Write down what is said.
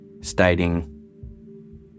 stating